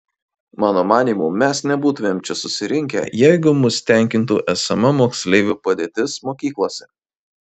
mano manymu mes nebūtumėm čia susirinkę jeigu mus tenkintų esama moksleivių padėtis mokyklose